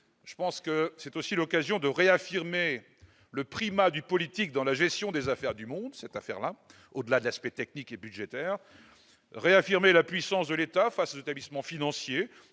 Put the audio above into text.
je pense que c'est aussi l'occasion de réaffirmer le primat du politique dans la gestion des affaires du monde, cette affaire-là, au-delà de l'aspect technique et budgétaire réaffirmer la puissance de l'État face établissement financier